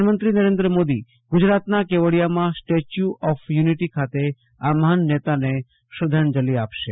પ્રધાનમંત્રી મોદી ગુજરાતના કેવડિયામાં સ્ટેચ્યુ ઓફ યુનિટી ખાતે આ મહાને નેતાને શ્રદ્ધાંજલિ આપશે